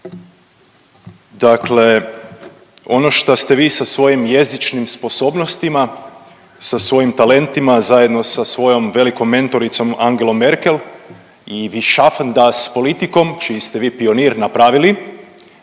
dakle ono što ste vi sa svojim jezičnim sposobnostima, sa svojim talentima zajedno sa svojom velikom mentoricom Angelom Merkel i „Wir schaffen das“ politikom čiji ste vi pionir napravili